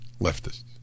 leftists